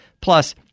Plus